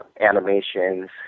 animations